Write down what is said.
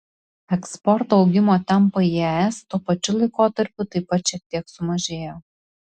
eksporto augimo tempai į es tuo pačiu laikotarpiu taip pat šiek tiek sumažėjo